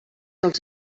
els